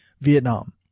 Vietnam